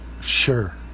sure